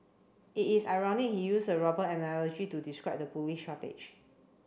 it is ironic he used a robber analogy to describe the police shortage